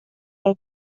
pel